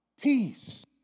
peace